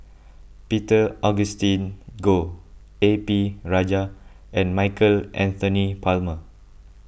Peter Augustine Goh A P Rajah and Michael Anthony Palmer